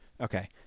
Okay